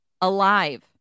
alive